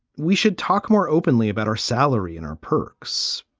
we should talk more openly about our salary and our perks,